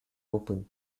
open